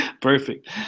Perfect